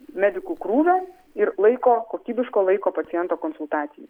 medikų krūvio ir laiko kokybiško laiko paciento konsultacijai